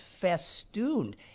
festooned